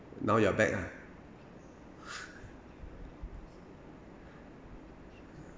now you are back ah